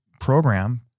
program